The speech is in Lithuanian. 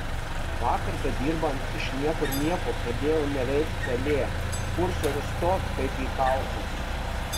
vakar bedirbant iš niekur nieko pradėjo neveikt pelė kursorius stovi kaip įkaltas